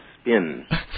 spin